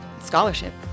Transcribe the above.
scholarship